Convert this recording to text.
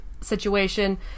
situation